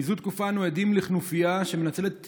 מזה תקופה אנו עדים לכנופיה שמנצלת את